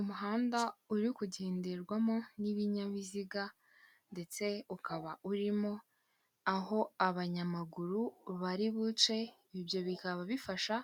Umuhanda uri kugenderwamo n'ibinyabiziga ndetse ukaba urimo aho abanyamaguru bari buce, ibyo bikaba bifasha